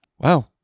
Wow